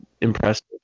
impressive